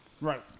Right